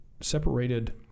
separated